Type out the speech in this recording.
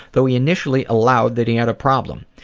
though he initially allowed that he had a problem.